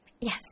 Yes